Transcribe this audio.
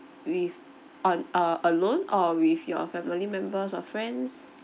with on uh alone or with your family members or friends